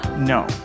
No